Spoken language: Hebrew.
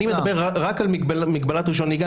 אני מדבר רק על מגבלת רישיון נהיגה,